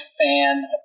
fan